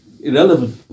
irrelevant